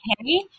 okay